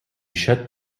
shut